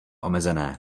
omezené